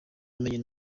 amenya